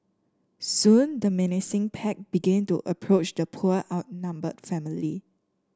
soon the menacing pack began to approach the poor outnumbered family